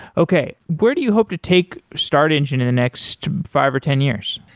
okay, where do you hope to take startengine in the next five or ten years?